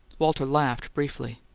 walter laughed briefly.